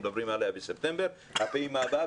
מדברים עליה בספטמבר והפעימה הבאה,